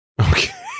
Okay